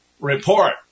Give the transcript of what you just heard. report